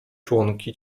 członki